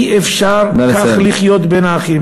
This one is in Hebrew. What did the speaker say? אי-אפשר כך לחיות בין האחים.